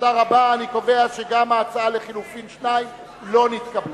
אני קובע שההצעה לחלופין לא נתקבלה.